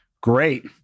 Great